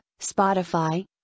Spotify